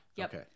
okay